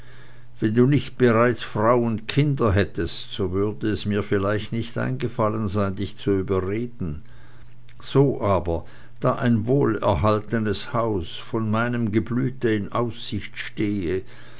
wenn du nicht bereits frau und kind hättest so würde es mir vielleicht nicht eingefallen sein dich zu überreden so aber da ich ein wohlerhaltenes haus von meinem geblüte in aussicht sehe